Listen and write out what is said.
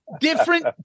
Different